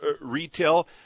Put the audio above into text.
retail